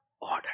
order